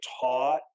taught